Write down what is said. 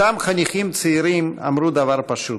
אותם חניכים צעירים אמרו דבר פשוט: